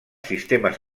sistemes